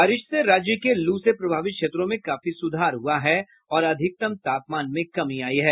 बारिश से राज्य के लू से प्रभावित क्षेत्रों में काफी सुधार हुआ है और अधिकतम तापमान में कमी आई है